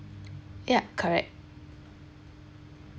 yup correct